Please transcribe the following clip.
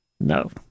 No